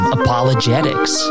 apologetics